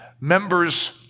members